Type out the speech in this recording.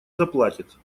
заплатит